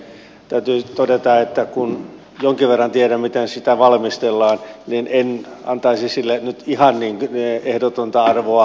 täytyy todeta että kun jonkin verran tiedän miten sitä valmistellaan niin en antaisi sille nyt ihan ehdotonta arvoa